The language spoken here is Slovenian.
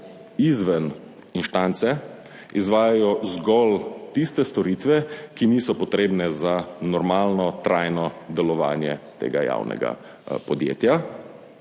izven instance izvajajo zgolj tiste storitve, ki niso potrebne za normalno trajno delovanje tega javnega podjetja.